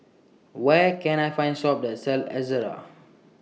Where Can I Find Shop that sells Ezerra